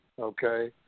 okay